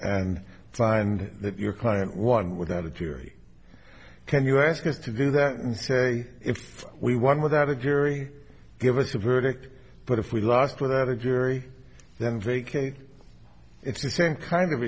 and find that your client won without a jury can you ask us to do that and say if we won without a jury give us a verdict but if we lost without a very very it's the same kind of